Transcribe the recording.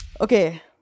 okay